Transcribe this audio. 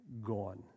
gone